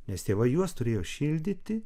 nes tėvai juos turėjo šildyti